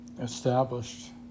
established